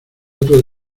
otro